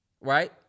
right